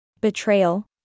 Betrayal